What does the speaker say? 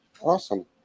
Awesome